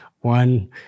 one